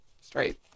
straight